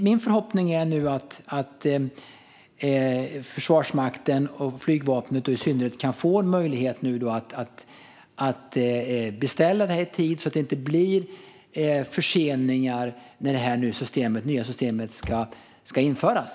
Min förhoppning är nu att Försvarsmakten och i synnerhet flygvapnet kan få en möjlighet att beställa detta i tid så att det inte blir förseningar när det nya systemet ska införas.